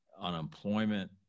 unemployment